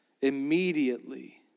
Immediately